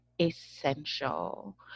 essential